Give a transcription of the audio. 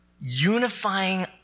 unifying